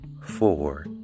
four